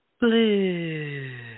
blue